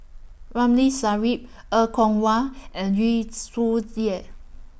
Ramli Sarip Er Kwong Wah and Yu Zhuye